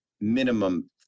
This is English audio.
minimum